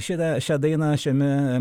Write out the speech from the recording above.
šitą šią dainą šiame